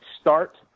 start